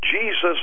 Jesus